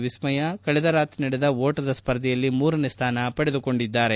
ವಿಸ್ಮಯ ಕಳೆದ ರಾತ್ರಿ ನಡೆದ ಓಟದ ಸ್ಪರ್ಧೆಯಲ್ಲಿ ಮೂರನೇ ಸ್ಯಾನ ಪಡೆದಿದ್ದಾರೆ